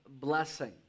blessing